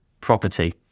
property